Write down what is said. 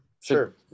Sure